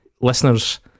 Listeners